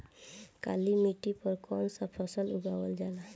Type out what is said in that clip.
काली मिट्टी पर कौन सा फ़सल उगावल जाला?